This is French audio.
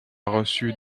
reçu